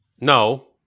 No